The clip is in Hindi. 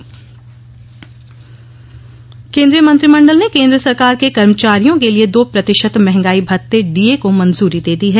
मंजूरी केंद्रीय मंत्रिमंडल ने केंद्र सरकार के कर्मचारियों के लिए दो प्रतिशत महंगाई भत्ते डीए को मंजूरी दे दी है